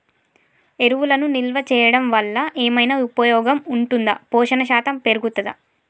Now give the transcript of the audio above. ఎరువులను నిల్వ చేయడం వల్ల ఏమైనా ఉపయోగం ఉంటుందా పోషణ శాతం పెరుగుతదా?